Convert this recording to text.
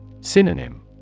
Synonym